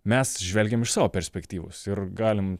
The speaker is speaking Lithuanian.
mes žvelgiam iš savo perspektyvos ir galim